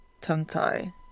tongue-tie